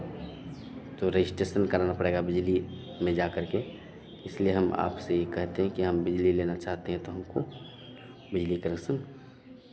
तो रेजिस्ट्रेशन कराना पड़ेगा बिजली में जा कर के इसलिए हम आपसे ये कहते हैं कि हम बिजली लेना चाहते हैं तो हमको बिजली कनेक्शन